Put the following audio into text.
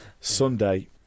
Sunday